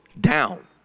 down